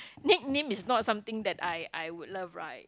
nickname is not something that I I would love right